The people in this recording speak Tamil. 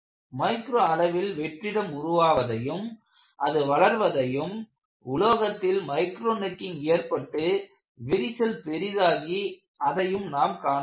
மைக்ரோ அளவில் வெற்றிடம் உருவாவதையும் அது வளர்வதையும் உலோகத்தில் மைக்ரோ நெக்கிங் ஏற்பட்டு விரிசல் பெரிதாகி அதையும் நாம் காண முடியும்